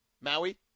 Maui